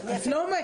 הדו"ח.